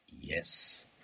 Yes